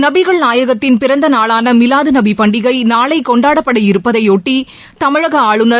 நபிகள் நாயகத்தின் பிறந்தநாளானமீலாதுநபிபண்டிகைநாளைகொண்டாடப்பட இருப்பதையொட்டிதமிழகஆளுநர்